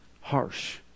harsh